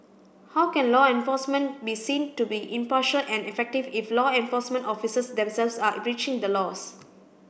how can law enforcement be seen to be impartial and effective if law enforcement officers themselves are breaching the laws